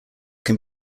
can